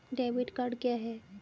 Debit card क्या है?